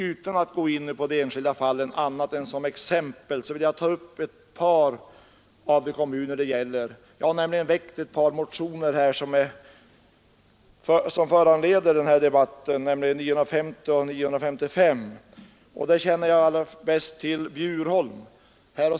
Utan att gå in på de enskilda fallen annat än som exempel vill jag ta upp ett par av de kommuner det gäller. Jag har nämligen väckt ett par motioner som föranleder denna debatt, nämligen motionerna 950 och 95§S. Det exempel jag allra bäst känner till är Bjurholm.